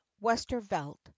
Westervelt